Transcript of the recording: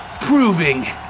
proving